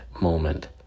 moment